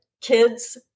kids